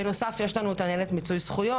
בנוסף יש לנו את ניידת מיצוי זכויות